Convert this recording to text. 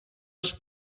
els